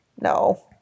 No